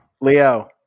Leo